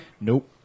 Nope